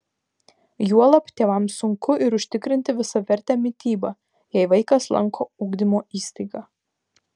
juolab tėvams sunku ir užtikrinti visavertę mitybą jei vaikas lanko ugdymo įstaigą